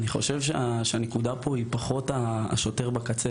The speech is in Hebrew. הנקודה היא פחות השוטר בקצה